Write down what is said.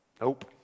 Nope